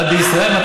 את בישראל?